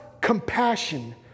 compassion